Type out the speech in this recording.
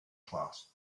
class